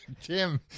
Jim